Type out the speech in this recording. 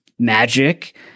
magic